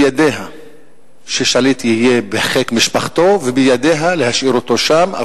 בידיה ששליט יהיה בחיק משפחתו ובידיה להשאיר אותו שם.